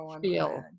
feel